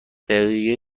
دقیقه